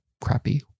crappy